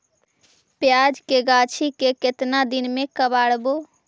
प्याज के गाछि के केतना दिन में कबाड़बै?